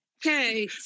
Okay